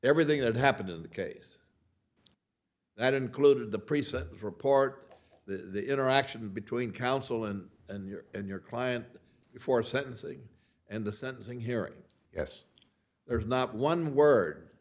everything that happened in the case that included the priest report the interaction between counsel and and your and your client before sentencing and the sentencing hearing yes there is not one word